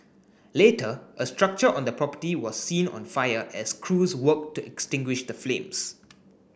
later a structure on the property was seen on fire as crews worked to extinguish the flames